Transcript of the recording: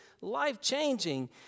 life-changing